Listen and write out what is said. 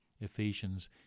Ephesians